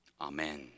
Amen